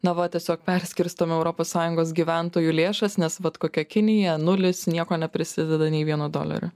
na va tiesiog perskirstom europos sąjungos gyventojų lėšas nes vat kokia kinija nulis nieko neprisideda nei vieno dolerio